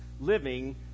living